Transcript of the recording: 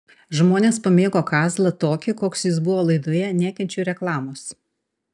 žmonės pamėgo kazlą tokį koks jis buvo laidoje nekenčiu reklamos